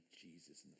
Jesus